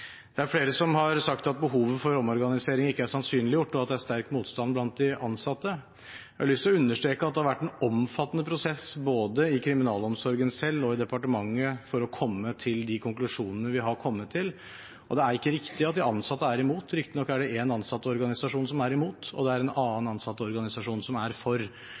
Det er flere som har sagt at behovet for omorganisering ikke er sannsynliggjort, og at det er sterk motstand blant de ansatte. Jeg har lyst til å understreke at det har vært en omfattende prosess både i kriminalomsorgen selv og i departementet for å komme til de konklusjonene vi har kommet til, og det er ikke riktig at de ansatte er imot. Riktignok er det én ansattorganisasjon som er imot, og det er en annen ansattorganisasjon som er for.